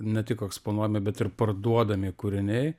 ne tik eksponuojami bet ir parduodami kūriniai